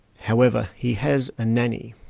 however he has a nanny,